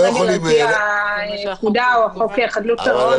רגל על פי הפקודה או חוק חדלות פירעון,